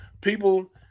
People